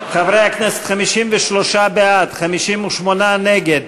חברי הכנסת, 53 בעד, 58 נגד.